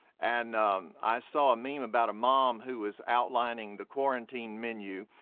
and um i saw a meme about a mom who was outlining the quarantine menu,